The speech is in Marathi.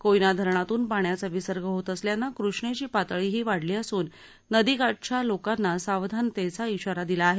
कोयना धरणातून पाण्याचा विसर्ग होत असल्यानं कृष्णेची पातळीही वाढली असून नदी काठावरच्या लोकांना सावधानतेचा इशारा दिला आहे